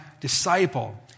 disciple